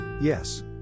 Yes